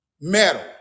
metal